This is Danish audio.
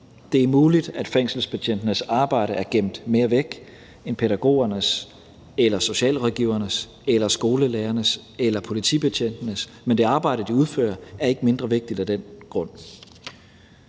Det er muligt, at fængselsbetjentenes arbejde er gemt mere væk end pædagogernes eller socialrådgivernes eller skolelærernes eller politibetjentenes, men det arbejde, de udfører, er ikke mindre vigtigt af den grund.